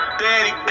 daddy